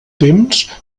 temps